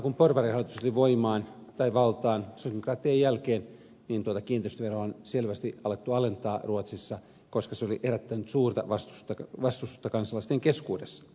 vasta kun porvarihallitus tuli valtaan sosiaalidemokraattien jälkeen niin tuota kiinteistöveroa on selvästi alettu alentaa ruotsissa koska se oli herättänyt suurta vastusta kansalaisten keskuudessa